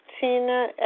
Tina